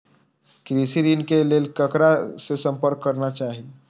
कृषि ऋण के लेल ककरा से संपर्क करना चाही?